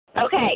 Okay